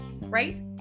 Right